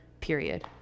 period